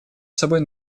собой